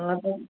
हा त